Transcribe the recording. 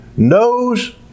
knows